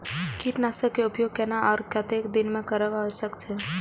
कीटनाशक के उपयोग केना आर कतेक दिन में करब आवश्यक छै?